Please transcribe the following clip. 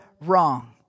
wrong